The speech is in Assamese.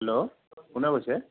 হেল্ল' কোনে কৈছে